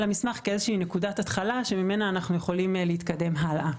המסמך כאיזושהי נקודת התחלה שממנה אנחנו יכולים להתקדם הלאה.